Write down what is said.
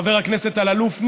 חבר הכנסת אלאלוף,